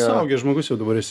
suaugęs žmogus jau dabar esi